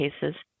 cases